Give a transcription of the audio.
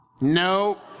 No